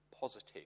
positive